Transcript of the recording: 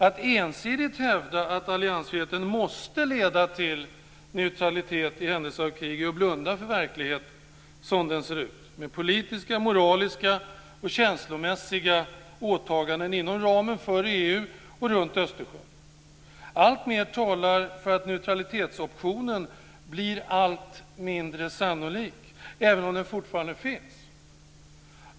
Att ensidigt hävda att alliansfriheten måste leda till neutralitet i händelse av krig är att blunda för verkligheten som den ser ur med politiska, moraliska och känslomässiga åtaganden inom ramen för EU och runt Östersjön. Alltmer talar för att neutralitetsoptionen blir allt mindre sannolik, även om den fortfarande finns.